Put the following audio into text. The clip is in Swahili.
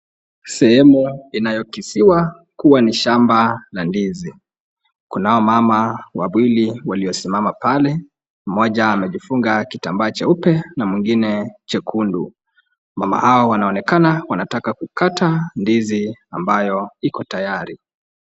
Sehemu inayokisiwa kuwa ni shamba la ndizi. Kunao mama wawili waliosimama pale, mmoja amejifunga kitambaa cheupe na mwingine chekundu. Mama hao wanaonekana wanataka kukata ndizi ambayo iko tayari.